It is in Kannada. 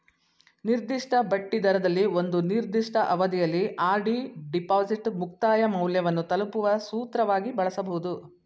ನಿರ್ದಿಷ್ಟ ಬಡ್ಡಿದರದಲ್ಲಿ ಒಂದು ನಿರ್ದಿಷ್ಟ ಅವಧಿಯಲ್ಲಿ ಆರ್.ಡಿ ಡಿಪಾಸಿಟ್ ಮುಕ್ತಾಯ ಮೌಲ್ಯವನ್ನು ತಲುಪುವ ಸೂತ್ರವಾಗಿ ಬಳಸಬಹುದು